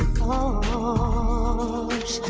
hello is